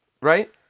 right